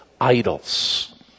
idols